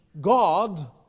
God